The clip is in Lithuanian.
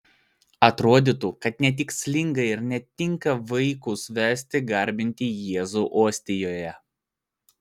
atrodytų kad netikslinga ir netinka vaikus vesti garbinti jėzų ostijoje